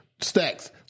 Stacks